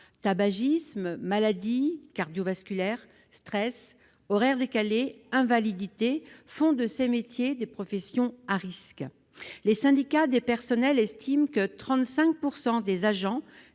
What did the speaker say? tabagisme, maladies cardiovasculaires, stress, horaires décalés et invalidité font de ces métiers des professions à risques. Les syndicats des personnels estiment que 35 % des agents-